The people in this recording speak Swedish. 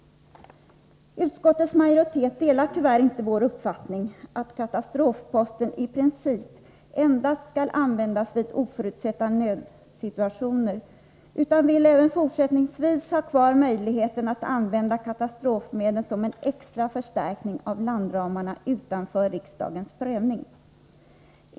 Utskottets majoritet delar tyvärr inte vår uppfattning att katastrofposten i princip endast skall användas vid oförutsedda nödsituationer utan vill även fortsättningsvis ha kvar möjligheten att använda katastrofmedlen som en extra förstärkning av landramarna utanför riksdagens prövning.